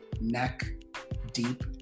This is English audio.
neck-deep